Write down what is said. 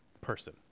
person